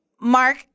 Mark